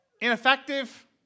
ineffective